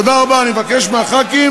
זה נוהג שמכבדים